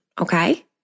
okay